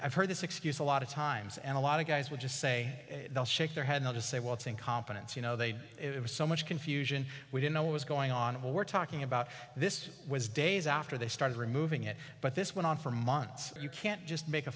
i've heard this excuse a lot of times and a lot of guys would just say they'll shake their head they'll just say well it's incompetence you know they it was so much confusion we didn't know what was going on and we're talking about this was days after they started removing it but this went on for months you can't just make a